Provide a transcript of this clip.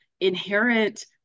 inherent